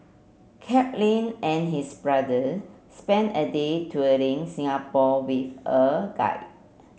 Chaplin and his brother spent a day touring Singapore with a guide